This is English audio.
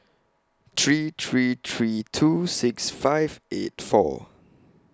three three three two six five eight four